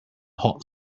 hot